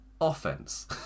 offense